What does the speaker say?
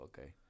okay